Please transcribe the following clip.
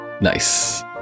Nice